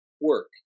work